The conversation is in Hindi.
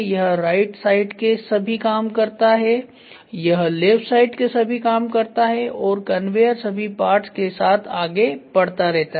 यह राइट साइड के सभी काम करता है यह लेफ्ट साइड के सभी काम करता है और कन्वेयर सभी पार्ट्स के साथ आगे बढ़ता रहता है